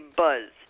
buzz